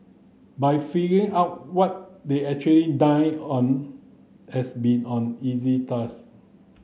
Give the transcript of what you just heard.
but figuring out what they actually dined on has been on easy task